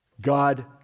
God